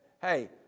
hey